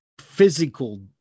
physical